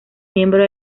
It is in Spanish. miembro